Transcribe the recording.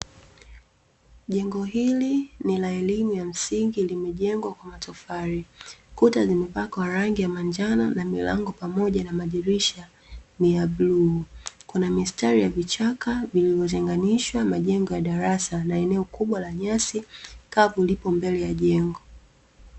Jengo hili ni la elimu ya msingi limejengwa kwa matofali kuta zimepakwa rangi ya manjano na milango, pamoja na madirisha ni ya bluu kuna mistari ya vichaka vilivyotenganishwa majengo ya darasa na eneo kubwa la nyasi kapu lipo mbele ya jengo.